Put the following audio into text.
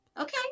okay